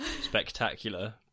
Spectacular